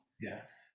Yes